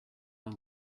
l’un